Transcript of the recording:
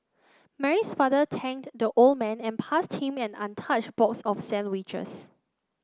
Mary's father thanked the old man and passed him an untouched box of sandwiches